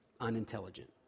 unintelligent